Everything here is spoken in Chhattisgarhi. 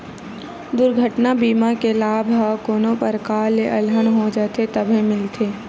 दुरघटना बीमा के लाभ ह कोनो परकार ले अलहन हो जाथे तभे मिलथे